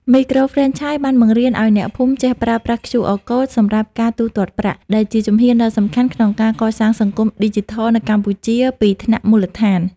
មីក្រូហ្វ្រេនឆាយបានបង្រៀនឱ្យអ្នកភូមិចេះប្រើប្រាស់ QR Code សម្រាប់ការទូទាត់ប្រាក់ ដែលជាជំហានដ៏សំខាន់ក្នុងការកសាងសង្គមឌីជីថលនៅកម្ពុជាពីថ្នាក់មូលដ្ឋាន។